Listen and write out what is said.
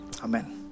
Amen